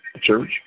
church